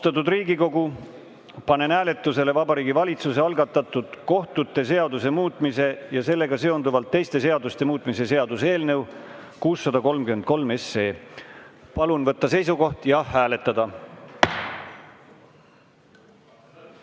Austatud Riigikogu, panen hääletusele Vabariigi Valitsuse algatatud kohtute seaduse muutmise ja sellega seonduvalt teiste seaduste muutmise seaduse eelnõu 633. Palun võtta seisukoht ja hääletada!